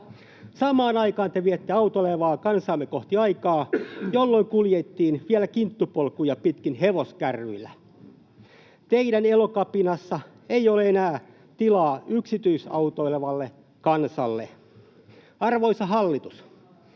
Samaan aikaan te viette autoilevaa kansaamme kohti aikaa, jolloin kuljettiin vielä kinttupolkuja pitkin hevoskärryillä. Teidän elokapinassanne ei ole enää tilaa yksityisautoilevalle kansalle. Arvoisa hallitus,